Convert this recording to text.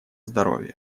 здоровья